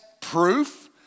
proof